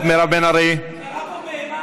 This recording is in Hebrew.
בבקשה.